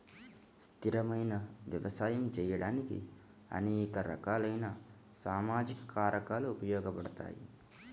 స్థిరమైన వ్యవసాయం చేయడానికి అనేక రకాలైన సామాజిక కారకాలు ఉపయోగపడతాయి